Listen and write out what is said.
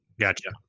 Gotcha